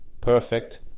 perfect